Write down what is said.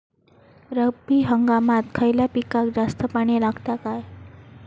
रब्बी हंगामात खयल्या पिकाक जास्त पाणी लागता काय?